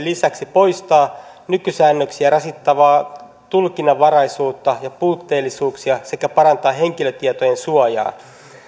lisäksi poistaa nykysäännöksiä rasittavaa tulkinnanvaraisuutta ja puutteellisuuksia sekä parantaa henkilötietojen suojaa